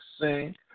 sing